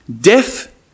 death